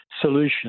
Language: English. solution